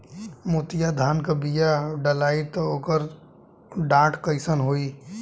मोतिया धान क बिया डलाईत ओकर डाठ कइसन होइ?